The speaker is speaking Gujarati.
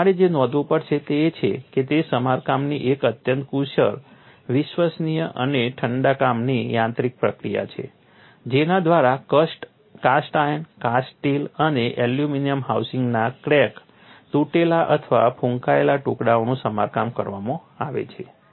અને તમારે જે નોંધવું પડશે તે એ છે કે તે સમારકામની એક અત્યંત કુશળ વિશ્વસનીય અને ઠંડા કામની યાંત્રિક પ્રક્રિયા છે જેના દ્વારા કાસ્ટ આયર્ન કાસ્ટ સ્ટીલ અને એલ્યુમિનિયમ હાઉસિંગના ક્રેક તૂટેલા અથવા ફૂંકાયેલા ટુકડાઓનું સમારકામ કરવામાં આવે છે